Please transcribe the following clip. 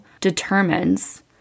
determines